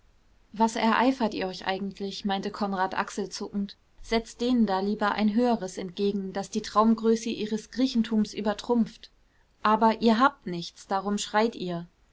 was ereifert ihr euch eigentlich meinte konrad achselzuckend setzt denen da lieber ein höheres entgegen das die traumgröße ihres griechentums übertrumpft aber ihr habt nichts darum schreit ihr